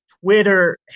Twitter